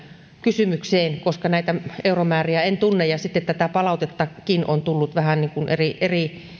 kysymykseen koska näitä euromääriä en tunne ja sitten tätä palautettakin on tullut vähän niin kuin eri eri